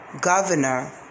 governor